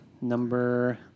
number